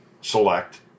Select